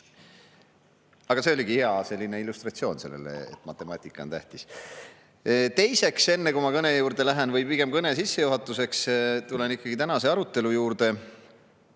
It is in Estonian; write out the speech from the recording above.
Aga see oligi hea illustratsioon sellele, et matemaatika on tähtis. Teiseks, enne kui ma kõne juurde lähen, või pigem kõne sissejuhatuseks, tulen ikkagi tänase arutelu juurde.